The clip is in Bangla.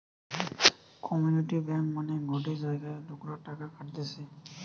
কমিউনিটি ব্যাঙ্ক মানে গটে জায়গার লোকরা টাকা খাটতিছে